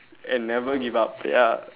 and never give up ya